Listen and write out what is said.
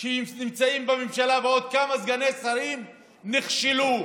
שנמצאים בממשלה ועוד כמה סגני שרים נכשלו.